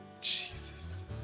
Jesus